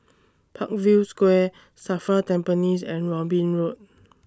Parkview Square SAFRA Tampines and Robin Road